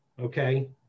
Okay